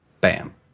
Bam